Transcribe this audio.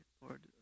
Lord